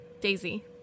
Daisy